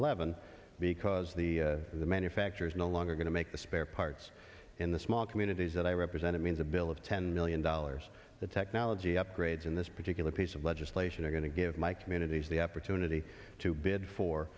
eleven because the the manufacturer is no longer going to make the spare parts in the small communities that i represent it means a bill of ten million dollars the technology upgrades in this particular piece of legislation are going to give my communities the opportunity to bid